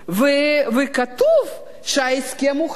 וכתוב שההסכם חתום.